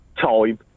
Time